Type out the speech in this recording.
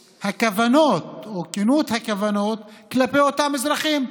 והכוונות או כנות הכוונות כלפי אותם אזרחים.